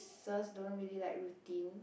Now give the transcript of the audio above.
don't really like routine